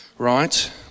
right